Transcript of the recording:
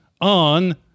on